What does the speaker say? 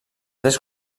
tres